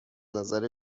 نظر